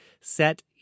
set